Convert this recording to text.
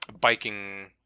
biking